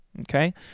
okay